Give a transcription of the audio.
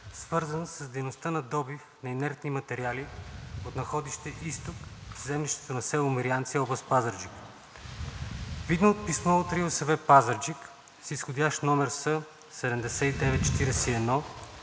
свързан с дейността на добив на инертни материали от находище „Изток“ в землището на село Мирянци, област Пазарджик. Видно от писмо на РИОСВ Пазарджик с изх. № С-79-41